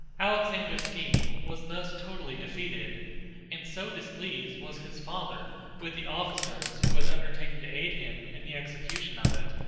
alexander's scheme was thus totally defeated and so displeased was his father with the officers who had undertaken to aid him in the execution of it,